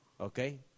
Okay